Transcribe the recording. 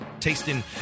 Tasting